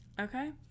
okay